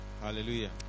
Hallelujah